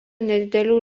nedidelių